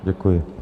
Děkuji.